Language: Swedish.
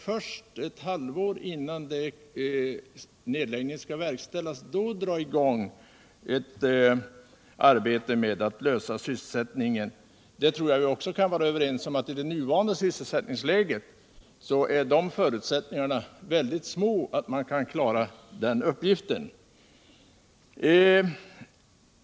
Först ett halvår innan nedläggningen skall verkställas drar man i gång arbetet med att lösa sysselsättningsproblemen. Jag tror att vi kan vara överens om att förutsättningarna att klara den uppgiften i nuvarande sysselsättningsläge är mycket små.